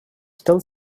still